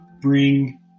Bring